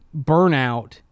burnout